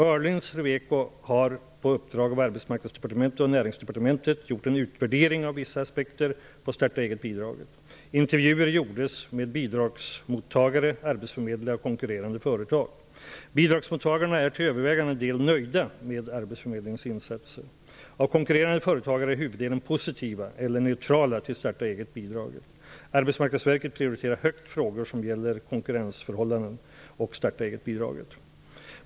Öhrlings Reveko har, på uppdrag av Näringsdepartementet, gjort en utvärdering av vissa aspekter på starta-eget-bidraget. Intervjuer gjordes med bidragsmottagare, arbetsförmedlare och konkurrerande företag. Bidragsmottagarna är till övervägande del nöjda med arbetsförmedlingens insatser. Av konkurrerande företagare är huvuddelen positiva eller neutrala till starta-eget-bidraget. Arbetsmarknadsverket prioriterar högt frågor som gäller konkurrensförhållanden och starta-eget-bidraget.